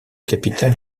capitale